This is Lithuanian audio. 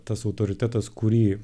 tas autoritetas kurį